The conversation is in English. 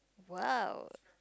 !wow!